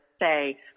say